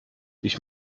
ich